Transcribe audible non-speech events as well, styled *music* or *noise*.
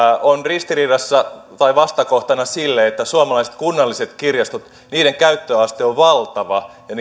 on vastakohtana sille että suomalaisten kunnallisten kirjastojen käyttöaste on valtava ja *unintelligible*